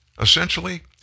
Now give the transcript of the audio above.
Essentially